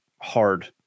hard